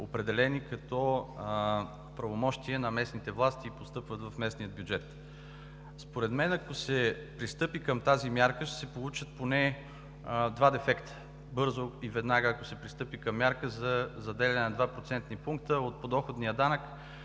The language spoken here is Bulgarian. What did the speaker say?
определени като правомощия на местните власти и постъпват в местния бюджет. Според мен, ако се пристъпи към тази мярка, ще се получат поне два дефекта, ако бързо и веднага се пристъпи към мярка за заделяне на два процентни пункта, от подоходния данък